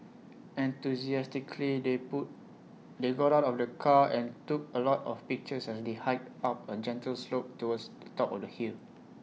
enthusiastically they boot they got out of the car and took A lot of pictures as they hiked up A gentle slope towards the top of the hill